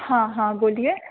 हाँ हाँ बोलिए